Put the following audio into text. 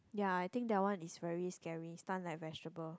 ya I think that one is very scary stun like vegetable